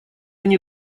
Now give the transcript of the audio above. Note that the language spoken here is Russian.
они